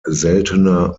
seltener